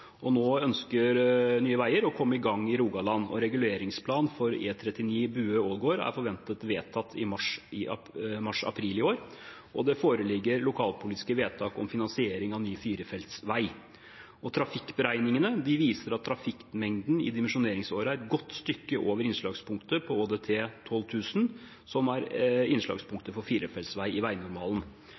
Nå ønsker Nye Veier å komme i gang i Rogaland. Reguleringsplanen for E39 Bue–Ålgård er forventet vedtatt i mars eller april i år, og det foreligger lokalpolitiske vedtak om finansiering av ny firefeltsvei. Trafikkberegningene viser at trafikkmengden i dimensjoneringsåret er et godt stykke over innslagspunktet på ÅDT 12 000, som er innslagspunktet for firefeltsvei i veinormalen.